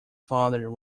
father